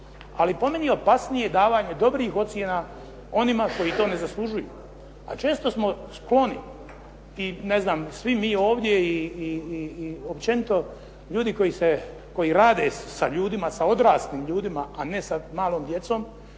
Ali po meni je opasnije davanje dobrih ocjena onima koji to ne zaslužuju. A često smo skloni i ne znam, svi mi ovdje i općenito ljudi koji rade sa ljudima, sa odraslim ljudima, a ne sa malom djecom,